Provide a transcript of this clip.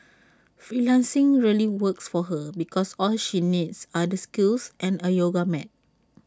freelancing really works for her because all she needs are the skills and A yoga mat